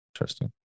interesting